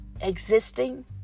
existing